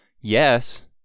yes